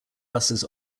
buses